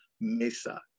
Mesa